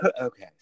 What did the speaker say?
Okay